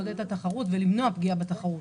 לעודד את התחרות ולמנוע פגיעה בתחרות.